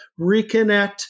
reconnect